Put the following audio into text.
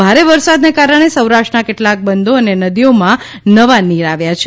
ભારે વરસાદને કારણે સૌરાષ્ટ્રના કેટલાંક બંધો અને નદીઓમાં નવા નીર આવ્યા છે